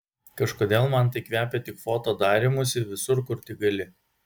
kažkodėl man tai kvepia tik foto darymusi visur kur tik gali